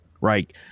Right